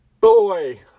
boy